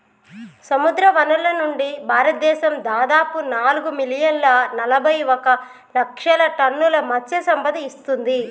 సముద్రవనరుల నుండి, భారతదేశం దాదాపు నాలుగు మిలియన్ల నలబైఒక లక్షల టన్నుల మత్ససంపద ఇస్తుంది